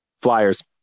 flyers